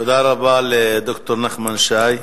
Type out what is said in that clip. תודה רבה לד"ר נחמן שי.